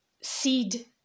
seed